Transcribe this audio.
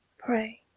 pray,